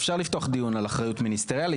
אפשר לפתוח דיון על אחריות מיניסטריאלית,